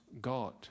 God